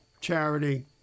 charity